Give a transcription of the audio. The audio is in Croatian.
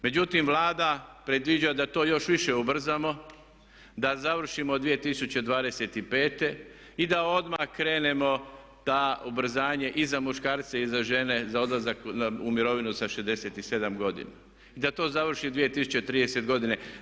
Međutim, Vlada predviđa da to još više ubrzamo, da završimo 2025. i da odmah krenemo to ubrzanje i za muškarce i za žene za odlazak u mirovinu sa 67 godina i da to završi 2030. godine.